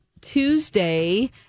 Tuesday